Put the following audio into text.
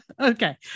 Okay